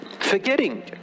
forgetting